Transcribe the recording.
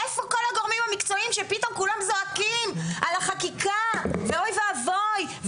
איפה כל הגורמים המקצועיים שפתאום כולם זועקים על החקיקה ואוי ואבוי,